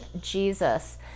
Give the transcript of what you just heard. Jesus